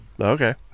okay